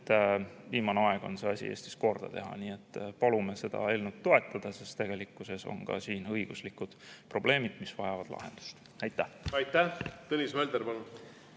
Viimane aeg on see asi Eestis korda teha. Nii et palume seda eelnõu toetada, sest tegelikkuses on ka siin õiguslikud probleemid, mis vajavad lahendust. Aitäh! Aitäh! Tõnis Mölder, palun!